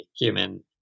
human